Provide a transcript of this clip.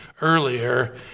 earlier